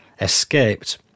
escaped